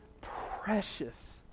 precious